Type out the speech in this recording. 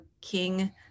King